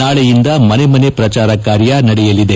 ನಾಳೆಯಿಂದ ಮನೆ ಮನೆ ಪ್ರಚಾರ ಕಾರ್ಯ ನಡೆಯಲಿದೆ